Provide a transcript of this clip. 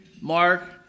Mark